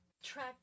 track